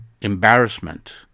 embarrassment